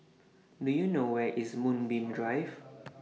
Do YOU know Where IS Moonbeam Drive